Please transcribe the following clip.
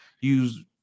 use